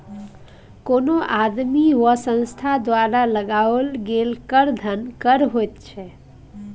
कोनो आदमी वा संस्था द्वारा लगाओल गेल कर धन कर होइत छै